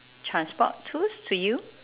transport tools to you